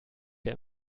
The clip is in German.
der